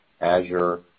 Azure